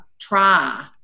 try